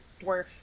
dwarf